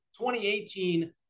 2018